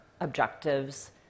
objectives